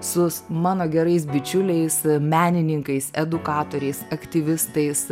su mano gerais bičiuliais menininkais edukatoriais aktyvistais